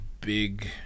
big